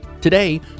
Today